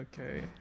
Okay